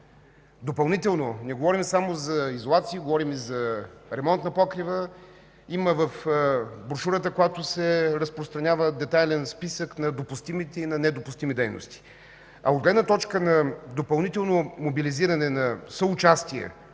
Допълнително, не говорим само за изолации. Говорим и за ремонт на покрива. В брошурата, която се разпространява, има детайлен списък на допустимите и недопустими дейности. От гледна точка на допълнително мобилизиране на съучастие